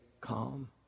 calm